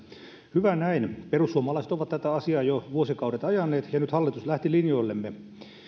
hyvä näin perussuomalaiset ovat tätä asiaa jo vuosikaudet ajaneet ja nyt hallitus lähti linjoillemme